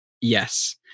Yes